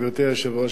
גברתי היושבת-ראש,